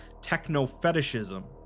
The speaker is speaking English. techno-fetishism